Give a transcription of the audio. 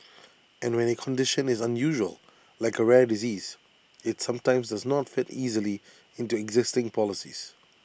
and when A condition is unusual like A rare disease IT sometimes does not fit easily into existing policies